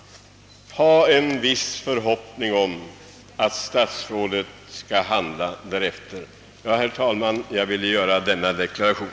Herr talman! Jag har velat göra denna deklaration.